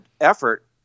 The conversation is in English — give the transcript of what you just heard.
effort